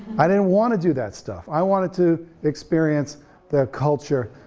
i didn't want to do that stuff, i wanted to experience the culture,